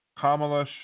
Kamala